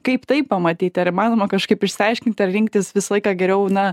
kaip tai pamatyti ar įmanoma kažkaip išsiaiškinti ar rinktis visą laiką geriau na